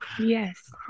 Yes